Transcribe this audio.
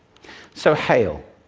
so hail.